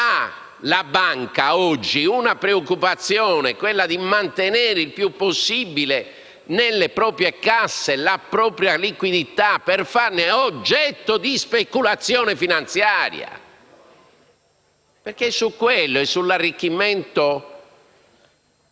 La banca oggi ha una preoccupazione, quella di mantenere il più possibile nelle proprie casse la propria liquidità per farne oggetto di speculazione finanziaria, perseguendo l'arricchimento